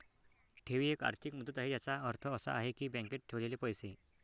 ठेव ही एक आर्थिक मुदत आहे ज्याचा अर्थ असा आहे की बँकेत ठेवलेले पैसे